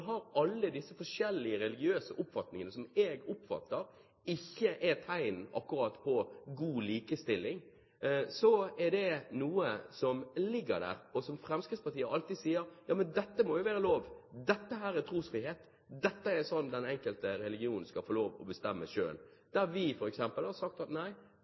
har alle disse forskjellige religiøse oppfatningene, som jeg oppfatter ikke akkurat er tegn på god likestilling, så er det noe som ligger der. Og Fremskrittspartiet sier alltid: Ja, men dette må jo være lov. Dette er trosfrihet, dette er sånt som den enkelte religion skal få lov til å bestemme selv. Der har vi sagt at